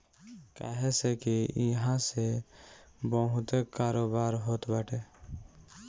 काहे से की इहा से बहुते कारोबार होत बाटे